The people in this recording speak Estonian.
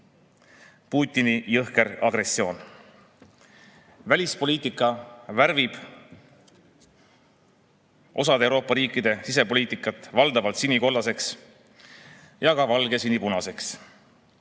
Putini jõhker agressioon. Välispoliitika värvib osa Euroopa riikide sisepoliitika valdavalt sinikollaseks ja ka valgesinipunaseks.